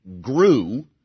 grew